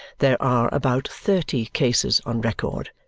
there are about thirty cases on record,